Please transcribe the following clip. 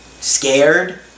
scared